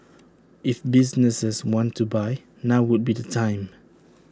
if businesses want to buy now would be the time